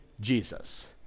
Jesus